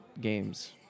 games